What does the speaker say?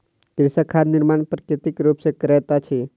कृषक खाद निर्माण प्राकृतिक रूप सॅ करैत अछि